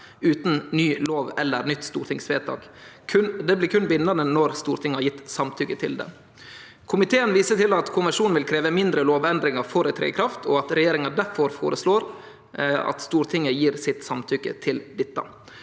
utan ny lov eller nytt stortingsvedtak. Det blir berre bindande når Stortinget har gjeve samtykke til det. Komiteen viser til at konvensjonen vil krevje mindre lovendringar for å tre i kraft, og at regjeringa difor føreslår at Stortinget gjev sitt samtykke til dette.